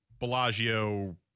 Bellagio